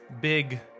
big